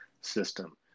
system